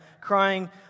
crying